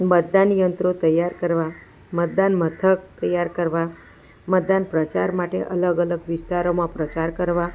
મતદાન યંત્રો તૈયાર કરવા મતદાન મથક તૈયાર કરવા મતદાન પ્રચાર માટે અલગ અલગ વિસ્તારોમાં પ્રચાર કરવા